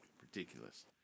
ridiculous